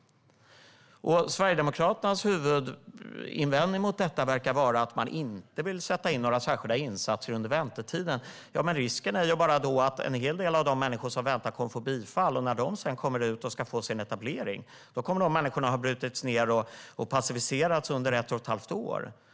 Sverigedemokraternas huvudinvändning mot detta verkar vara att man inte vill sätta in några särskilda insatser under väntetiden. Men en hel del av de människor som väntar kommer att få bifall, och risken är att de när de sedan kommer ut och ska få sin etablering kommer att ha brutits ned och passiviserats under ett och ett halvt år.